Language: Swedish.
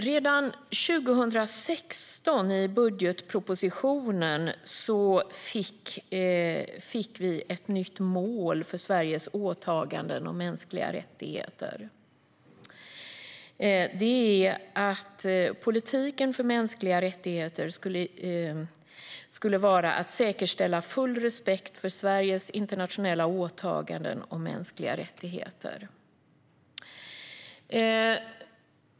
Redan i budgetpropositionen 2016 fick vi ett nytt mål gällande Sveriges åtaganden om mänskliga rättigheter, nämligen att målet för politiken för mänskliga rättigheter skulle vara att säkerställa full respekt för Sveriges internationella åtaganden om mänskliga rättigheter.